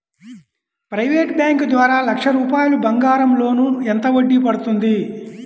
Private bank ద్వారా లక్ష రూపాయలు బంగారం లోన్ ఎంత వడ్డీ పడుతుంది?